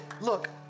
look